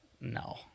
No